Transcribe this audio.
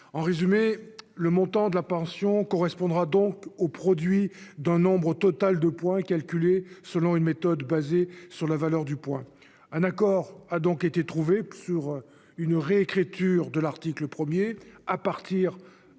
En résumé, le montant de la pension correspondra donc au produit d'un nombre total de points, calculé selon une méthode basée sur la valeur du point. Un accord a été trouvé sur une réécriture de l'article 1 et un mode de